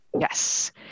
Yes